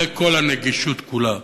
זו כל הנגישות כולה.